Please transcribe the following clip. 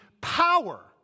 power